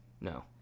No